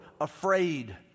afraid